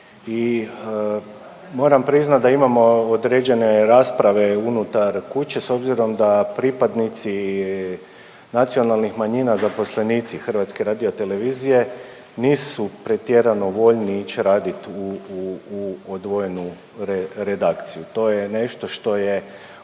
i moram priznat da imamo određene rasprave unutar kuće s obzirom da pripadnici nacionalnih manjina, zaposlenici HRT-a nisu pretjerano voljni ić radit u, u, u odvojenu re… redakciju. To je nešto što je